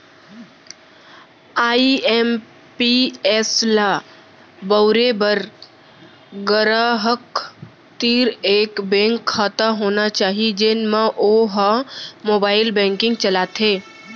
IMPS ल बउरे बर गराहक तीर एक बेंक खाता होना चाही जेन म वो ह मोबाइल बेंकिंग चलाथे